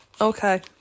Okay